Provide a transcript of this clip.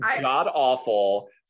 god-awful